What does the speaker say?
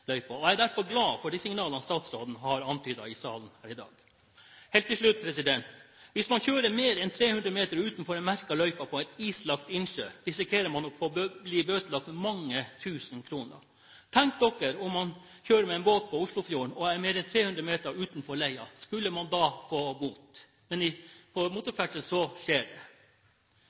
enighet på tvers av partigrensene i Finnmark om at kommunene i fylket må få anledning til å knytte sammen sine scooterløyper uten at de samtidig skal pålegges å kutte tilsvarende i sine eksisterende løyper. Jeg er derfor glad for de signaler statsråden har antydet her i salen i dag. Helt til slutt: Hvis man kjører mer enn 300 meter utenfor en merket løype på en islagt innsjø, risikerer man å bli bøtelagt med mange tusen kroner. Tenk dere at man kjører en båt på Oslofjorden og er mer